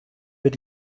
wird